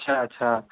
अच्छा अच्छा